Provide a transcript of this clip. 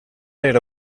era